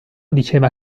diceva